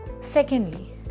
Secondly